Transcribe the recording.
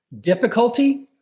difficulty